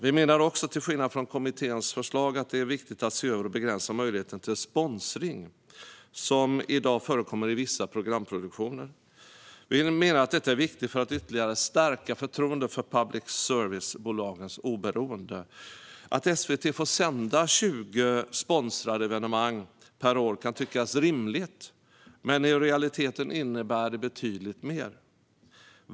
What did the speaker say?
Vi menar även, till skillnad från kommitténs förslag, att det är viktigt att se över och begränsa möjligheten till sponsring, som i dag förekommer i vissa programproduktioner. Vi menar att detta är viktigt för att ytterligare stärka förtroendet för public service-bolagens oberoende. Att SVT får sända 20 sponsrade evenemang per år kan tyckas rimligt, men i realiteten innebär det betydligt mer.